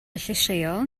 llysieuol